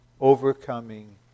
overcoming